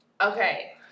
Okay